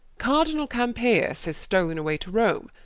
cardinall campeius, is stolne away to rome,